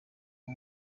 uwo